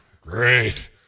Great